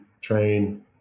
train